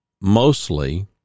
Mostly